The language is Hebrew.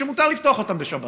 שמותר לפתוח אותם בשבת,